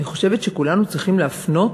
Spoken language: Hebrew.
אני חושבת שכולנו צריכים להפנות